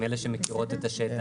הם אלה שמכירות את השטח.